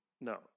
No